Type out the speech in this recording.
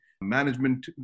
management